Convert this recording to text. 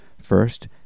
first